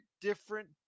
different